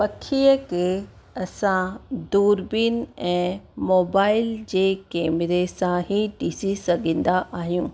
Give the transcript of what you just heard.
पखी के असां दूरबिन ऐं मोबाइल जे केमेरे सां ई ॾिसी सघंदा आहियूं